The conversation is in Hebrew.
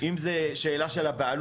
אם זה השאלה של הבעלות,